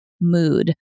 mood